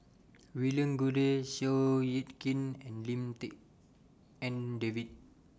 William Goode Seow Yit Kin and Lim Tik En David